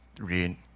read